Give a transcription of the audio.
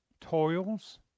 toils